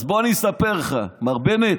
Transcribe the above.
אז בוא אני אספר לך, מר בנט.